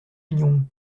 mignon